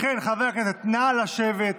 לכן, חברי הכנסת, נא לשבת.